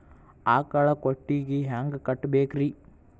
ಆಕಳ ಕೊಟ್ಟಿಗಿ ಹ್ಯಾಂಗ್ ಕಟ್ಟಬೇಕ್ರಿ?